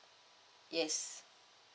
yes